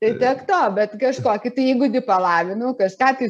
tai tiek to bet kažkokį tai įgūdį palavinau kažką tai